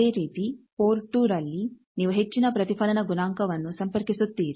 ಅದೇ ರೀತಿ ಪೋರ್ಟ್ 2 ರಲ್ಲಿ ನೀವು ಹೆಚ್ಚಿನ ಪ್ರತಿಫಲನ ಗುಣಾಂಕವನ್ನು ಸಂಪರ್ಕಿಸುತ್ತೀರಿ